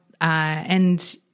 and-